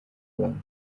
rwanda